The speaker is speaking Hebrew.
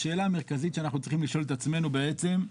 השאלה המרכזית שאנחנו צריכים לשאול את עצמנו בעצם,